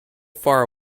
far